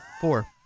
Four